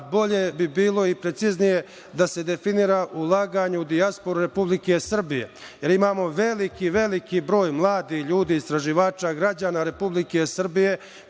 bolje bi bilo i preciznije, da se definiše - ulaganje u dijasporu Republike Srbije, jer imamo veliki, veliki broj mladih ljudi, istraživača, građana Republike Srbije